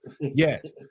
yes